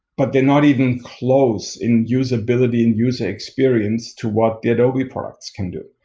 but they're not even close in usability and user experience to what the adobe products can do.